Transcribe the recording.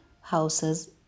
houses